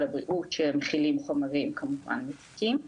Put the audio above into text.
הבריאות שמכילים חומרים מזיקים כמובן.